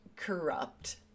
corrupt